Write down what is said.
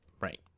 right